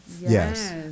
Yes